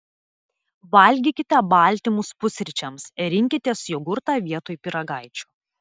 valgykite baltymus pusryčiams rinkitės jogurtą vietoj pyragaičių